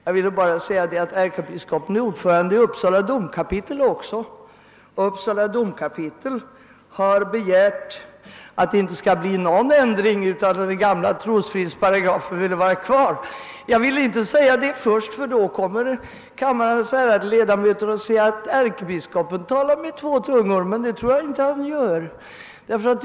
Jag vill bara tala om, att ärkebiskopen är ordförande också i Uppsala domkapitel, och Uppsala domkapitel har begärt att det inte skall bli någon ändring alls utan att den gamla trosfrihetsparagrafen skall vara kvar. Jag ville inte säga det på en gång, ty jag var rädd att kammarens ledamöter skulle tycka att ärkebiskopen talar med två tungor. Men det tror jag inte att han gör.